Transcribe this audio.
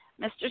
Mr